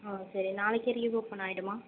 ஆ சரி நாளைக்கே ரீஓப்பன் ஆயிடுமா